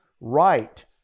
right